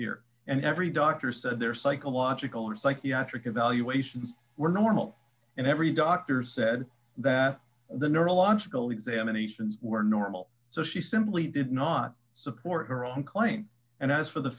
here and every doctor said their psychological or psychiatric evaluations were normal and every doctor said that the neurological examinations were normal so she simply did not support her own claim and as for the